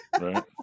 Right